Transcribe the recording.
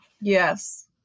Yes